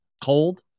Cold